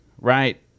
Right